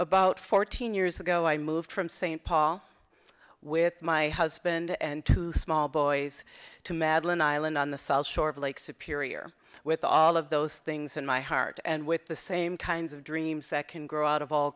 about fourteen years ago i moved from st paul with my husband and two small boys to madeline island on the south shore of lake superior with all of those things in my heart and with the same kinds of dreams that can grow out of all